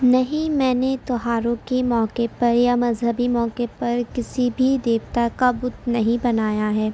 نہیں یں نے تہواروں کے موکع پر یا مذہبی موکع پر کسی بھی دیبتا کا بت نہیں بنایا ہے